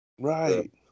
right